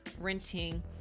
renting